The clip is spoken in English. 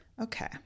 Okay